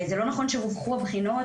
זה לא נכון שרווחו הבחינות,